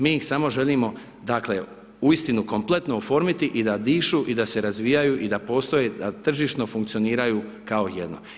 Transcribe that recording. Mi ih samo želimo dakle uistinu kompletno oformiti i da dišu i da se razvijaju i da postoje, da tržišno funkcioniraju kao jedno.